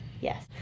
Yes